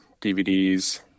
dvds